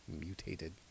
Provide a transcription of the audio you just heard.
mutated